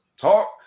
Talk